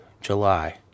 July